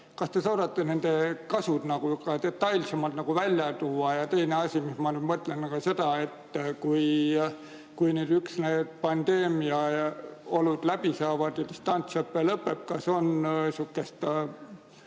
Kas te suudate nende kasud detailsemalt välja tuua? Ja teine asi, ma mõtlen seda, et kui ükskord need pandeemiaolud läbi saavad ja distantsõpe lõpeb, kas on sellist